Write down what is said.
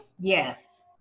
Yes